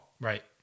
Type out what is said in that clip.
Right